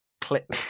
clip